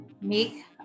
make